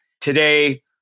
Today